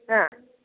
ആ